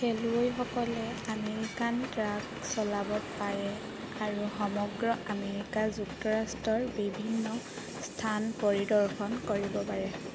খেলুৱৈসকলে American truck চলাব পাৰে আৰু সমগ্ৰ আমেৰিকা যুক্তৰাষ্ট্ৰৰ বিভিন্ন স্থান পৰিদৰ্শন কৰিব পাৰে